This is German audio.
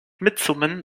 mitsummen